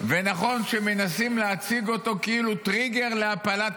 ונכון שמנסים להציג אותו כאילו הוא טריגר להפלת